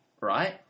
right